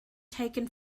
taken